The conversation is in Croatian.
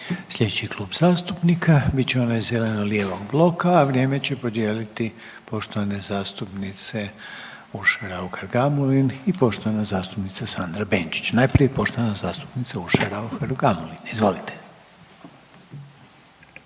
Slijedeći Klub zastupnika bit će onaj zeleno-lijevog bloka, a vrijeme će podijeliti poštovane zastupnice Urša Raukar Gamulin i poštovana zastupnica Benčić. Najprije poštovana zastupnica Urša Raukar Gamulin, izvolite.